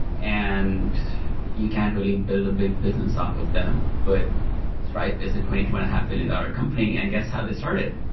and you can't really build a big business off of them, but stripe is a twenty two and a half billion dollar ah company and guess how they started?